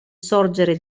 sorgere